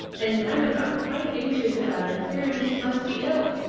and diamond got quite anxious about her, fearing she must be ill.